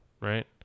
right